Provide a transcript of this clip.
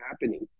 happening